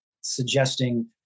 suggesting